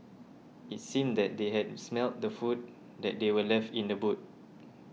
it seemed that they had smelt the food that they were left in the boot